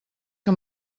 que